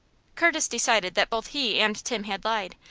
curtis decided that both he and tim had lied,